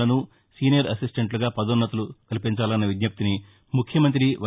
లను సీనియర్ అసిస్టెంట్లుగా పదోన్నత్తులు కల్పించాలన్న విజ్ఞప్తిని ముఖ్యమంత్రి వై